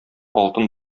алтын